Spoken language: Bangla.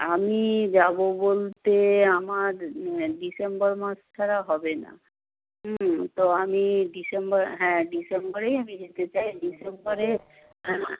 আমি যাব বলতে আমার ডিসেম্বর মাস ছাড়া হবে না তো আমি ডিসেম্বর হ্যাঁ ডিসেম্বরেই আমি যেতে চাই ডিসেম্বরে